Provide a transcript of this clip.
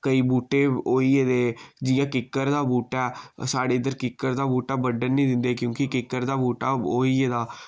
केई बूह्टे होई गेदे जि'यां किक्कर बूह्टा ऐ साढ़े इद्धर किक्कर दा बुह्टा बड्डन नि दिंदे क्यूंकि किक्कर दा बूह्टा ओह होई गेदा